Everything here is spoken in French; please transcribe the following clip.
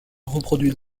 reproduit